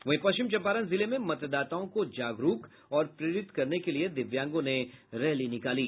वहीं पश्चिम चंपारण जिले में मतदाताओं को जागरूक और प्रेरित करने के लिए दिव्यांगों ने रैली निकाली